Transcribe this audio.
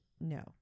no